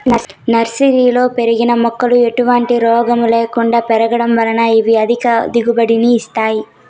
నర్సరీలలో పెరిగిన మొక్కలు ఎటువంటి రోగము లేకుండా పెరగడం వలన ఇవి అధిక దిగుబడిని ఇస్తాయి